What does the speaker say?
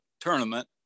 tournament